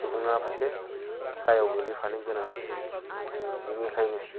सुबुङखौसो दायाव गोलैफानो गोनां जायो बेनिखायनो